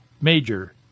major